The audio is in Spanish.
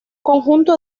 conjunto